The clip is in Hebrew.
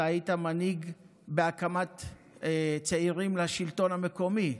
אתה היית מנהיג בהקמת צוערים לשלטון המקומי,